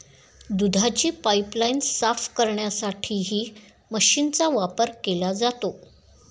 दुधाची पाइपलाइन साफ करण्यासाठीही मशीनचा वापर केला जातो